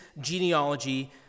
genealogy